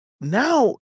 now